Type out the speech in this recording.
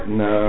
no